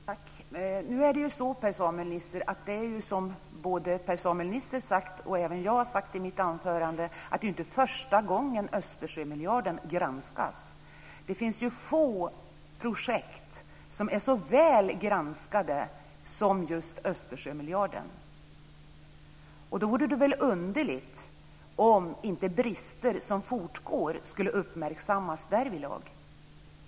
Herr talman! Det är inte första gången Östersjömiljarden granskas, vilket både Per-Samuel Nisser och jag har sagt i våra anföranden. Det finns få projekt som är så väl granskade som just Östersjömiljarden. Det vore underligt om brister som fortgår inte skulle uppmärksammas.